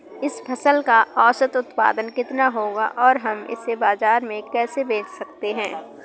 इस फसल का औसत उत्पादन कितना होगा और हम इसे बाजार में कैसे बेच सकते हैं?